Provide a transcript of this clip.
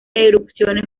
erupciones